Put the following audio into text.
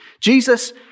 Jesus